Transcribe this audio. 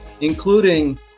including